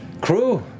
Crew